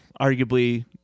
arguably